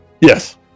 Yes